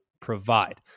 provide